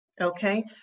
Okay